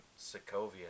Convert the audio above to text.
Sokovia